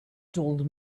told